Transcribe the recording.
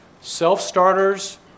self-starters